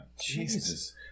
Jesus